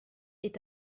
est